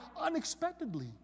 unexpectedly